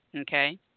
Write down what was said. Okay